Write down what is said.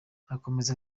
akomeza